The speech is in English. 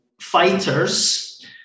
fighters